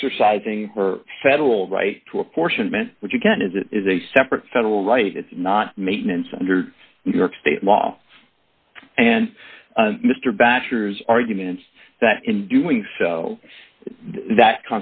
exercising federal right to apportionment which again is it is a separate federal right it's not maintenance under new york state law and mr baxter's arguments that in doing so that